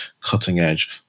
cutting-edge